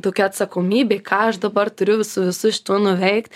tokia atsakomybė ką aš dabar turiu su visu šituo nuveikt